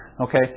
Okay